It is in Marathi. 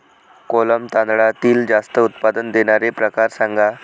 कोलम तांदळातील जास्त उत्पादन देणारे प्रकार सांगा